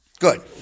Good